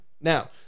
Now